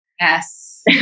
Yes